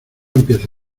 empiece